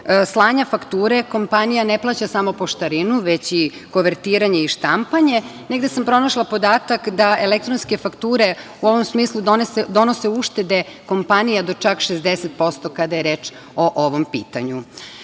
slanja fakture kompanija ne plaća samo poštarinu, veći i kovertiranje i štampanje. Negde sam pronašla podatak da elektronske fakture u ovom smislu donose uštede kompanija do čak 60% kada je reč o ovom